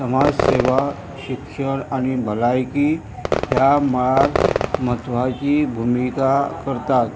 समाज सेवा शिक्षण आनी भलायकी ह्या मळार म्हत्वाची भुमिका करतात